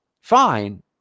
fine